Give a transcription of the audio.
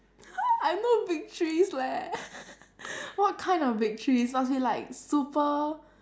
I no victories leh what kind of victories must be like super